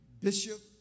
Bishop